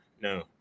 no